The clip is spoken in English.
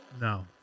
No